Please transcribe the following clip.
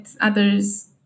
others